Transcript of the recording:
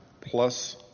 plus